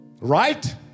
Right